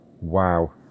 Wow